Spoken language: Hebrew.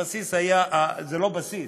הבסיס זה לא בסיס,